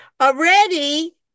already